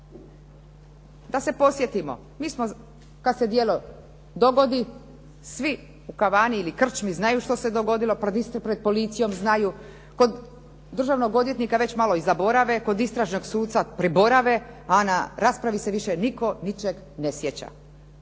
Da se podsjetimo, mi smo kad se djelo dogodi svi u kavani ili krčmi znaju što se dogodilo, pred policijom znaju, kod državnog odvjetnika već malo i zaborave, kod istražnog suca priborave a na raspravi se više nitko ničega ne sjeća.